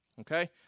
Okay